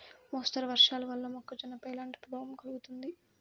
మోస్తరు వర్షాలు వల్ల మొక్కజొన్నపై ఎలాంటి ప్రభావం కలుగుతుంది?